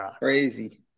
Crazy